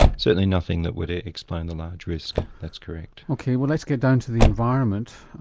certainly nothing that would ah explain the large risk that's correct. ok, well let's get down to the environment,